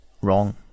wrong